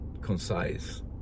concise